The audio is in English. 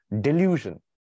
delusion